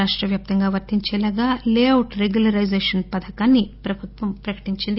రాష్టవ్యాప్తంగా వర్తించేలా layout regularisation పథకాన్సి ఎల్ఆర్ఎస్ను ప్రభుత్వం ప్రకటించింది